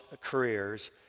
careers